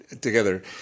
together